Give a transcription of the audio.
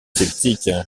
sceptique